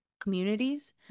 communities